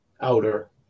outer